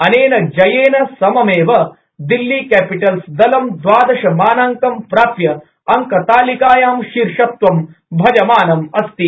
अनेन जयेन सममेव दिल्ली कैपिटल्सदलं दवादश मानांक प्राप्य अंकतालिकायां शीर्षत्वं भजमानं अस्ति